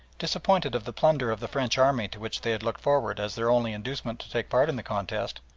disappointed of the plunder of the french army to which they had looked forward as their only inducement to take part in the contest,